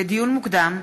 לדיון מוקדם: